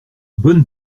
bonne